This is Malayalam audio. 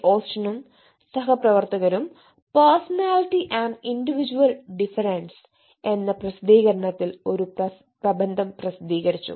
ഓസ്റ്റിനും സഹപ്രവർത്തകരും 'പേഴ്സണാലിറ്റി ആൻഡ് ഇൻഡിവിജുവൽ ഡിഫറൻസ്' എന്ന പ്രസിദ്ധീകരണത്തിൽ ഒരു പ്രബന്ധം പ്രസിദ്ധീകരിച്ചു